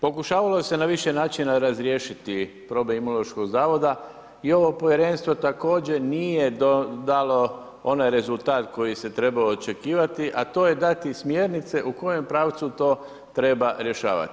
Pokušavalo se na više načina razriješiti problem Imunološkog zavoda i ovo povjerenstvo također nije dalo onaj rezultat koji se trebao očekivati, a to je dati smjernice u kojem pravcu to treba rješavati.